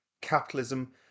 capitalism